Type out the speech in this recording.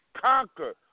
conquer